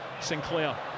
Sinclair